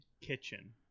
kitchen